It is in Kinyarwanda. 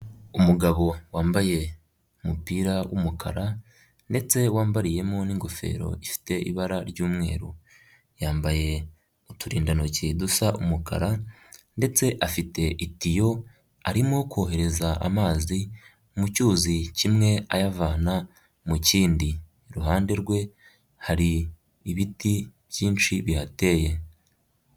Umugabo wambaye umupira w'umukara, ndetse wambariyemo n'ingofero ifite ibara ry'umweru, yambaye uturindantoki dusa umukara, ndetse afite itiyo arimo kohereza amazi mu cyuzi kimwe ayavana mu kindi, iruhande rwe hari ibiti byinshi bihateye.